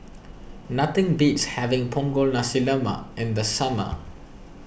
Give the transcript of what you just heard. nothing beats having Punggol Nasi Lemak in the summer